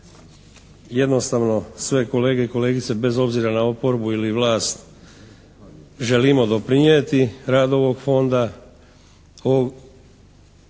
jednostavno sve kolege i kolegice, bez obzira na oporbu ili vlast, želimo doprinijeti radu ovog Fonda,